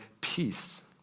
peace